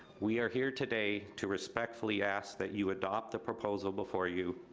we are here today to respectfully ask that you adopt the proposal before you.